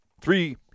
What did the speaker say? three